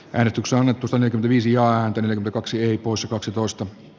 erotuksena tunnetun viisi ja yli kaksi poissa kaksitoista